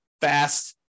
fast